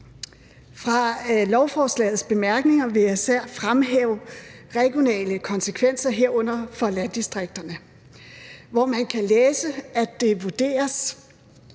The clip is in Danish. Fra lovforslagets bemærkninger vil jeg især fremhæve regionale konsekvenser, herunder for landdistrikterne, hvor man kan læse, at det vurderes,